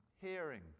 Hearing